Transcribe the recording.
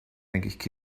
eigentlich